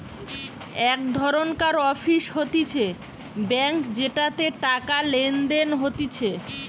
এক ধরণকার অফিস হতিছে ব্যাঙ্ক যেটাতে টাকা লেনদেন হতিছে